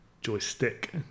joystick